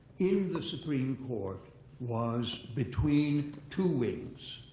in the supreme court was between two wings.